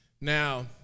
now